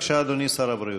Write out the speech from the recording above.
בבקשה, אדוני שר הבריאות.